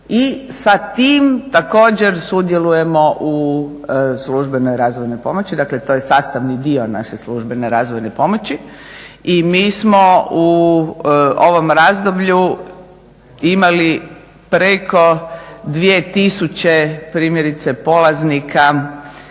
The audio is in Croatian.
i sa tim također sudjelujemo u službenoj razvojnoj pomoći, dakle to je sastavni dio naše službene razvojne pomoći. I mi smo u ovom razdoblju imali preko 2 tisuće primjerice polaznika